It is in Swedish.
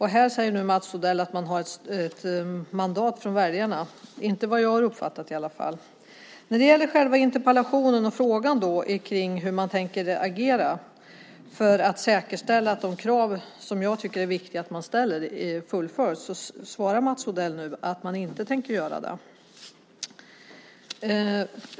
Här säger nu Mats Odell att man har ett mandat från väljarna, men så är det inte - inte vad jag har uppfattat i alla fall. När det gäller själva interpellationen och frågan om hur man tänker agera för att säkerställa att de krav som jag tycker är viktiga att man ställer fullföljs svarar Mats Odell nu att man inte tänker göra det.